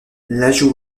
l’ajout